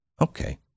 Okay